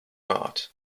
art